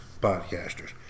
podcasters